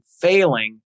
failing